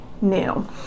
new